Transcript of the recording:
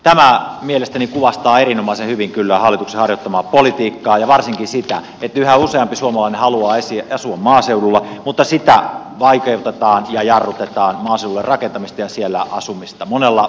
tämä mielestäni kuvastaa erinomaisen hyvin kyllä hallituksen harjoittamaa politiikkaa ja varsinkin sitä että yhä useampi suomalainen haluaisi asua maaseudulla mutta maaseudulle rakentamista ja siellä asumista vaikeutetaan ja jarrutetaan monella monella tavalla